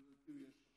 אחמד טיבי, יש לך